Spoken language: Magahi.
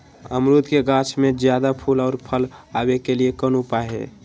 अमरूद के गाछ में ज्यादा फुल और फल आबे के लिए कौन उपाय है?